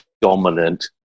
dominant